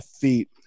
feet